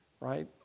right